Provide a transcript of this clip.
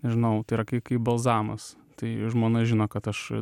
nežinau tai yra kaip kaip balzamas tai žmona žino kad aš